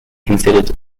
considered